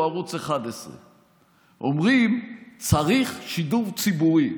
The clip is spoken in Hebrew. הוא ערוץ 11. אומרים: צריך שידור ציבורי.